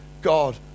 God